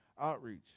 outreach